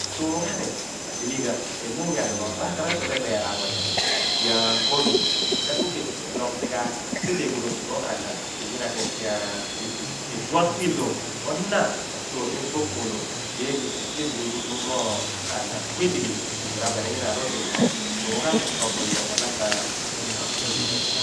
Tuu̱ghani agbihigha iloh onyani pho r`aaighara pho ipe pho obeeraan bo nyina kua bio o ophin. Ipe ku ke tue eloogh dighaagh siphe eg huun otu pho ana di nyina keki risighi iduonkuilo po na ka soor i ogboogh ooloogh di eeni kepiemini ghuuduum mo ana. Kuidighi ku mirabeniyana rodoni ino tuughaani tro bo oye pho opo na kaapin bo̱